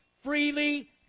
freely